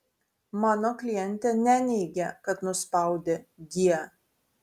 mano klientė neneigia kad nuspaudė g